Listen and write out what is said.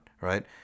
right